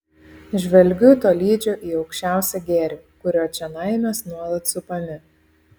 žvelgiu tolydžio į aukščiausią gėrį kurio čionai mes nuolat supami